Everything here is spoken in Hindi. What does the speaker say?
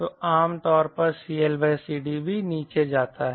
तो आम तौर पर CLCD भी नीचे जाता है